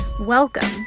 Welcome